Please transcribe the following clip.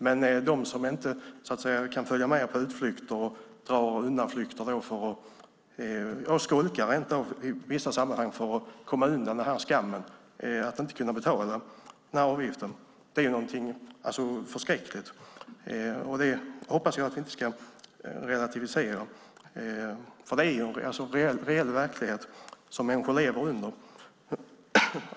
Men för dem som inte kan följa med på utflykter och måste komma med undanflykter eller rent av skolka i vissa sammanhang för att komma undan skammen att inte kunna betala avgiften är detta någonting förskräckligt. Jag hoppas att vi inte ska relativisera detta, för det är en reell verklighet som människor lever i.